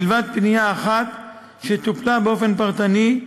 מלבד פנייה אחת שטופלה באופן פרטני,